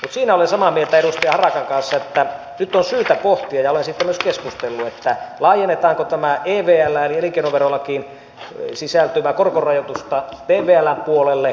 mutta siinä olen samaa mieltä edustaja harakan kanssa että nyt on syytä pohtia ja olen siitä myös keskustellut laajennetaanko tätä evlään eli elinkeinoverolakiin sisältyvää korkorajoitusta tvln puolelle